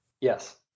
yes